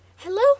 Hello